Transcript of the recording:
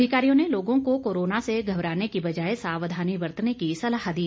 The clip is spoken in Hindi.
अधिकारियों ने लोगों को कोरोना से घबराने की बजाय सावधानी बरतने की सलाह दी